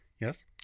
Yes